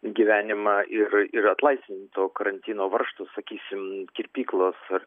gyvenimą ir ir atlaisvint to karantino varžtus sakysim kirpyklos ar